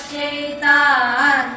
Shaitan